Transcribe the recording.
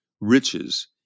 riches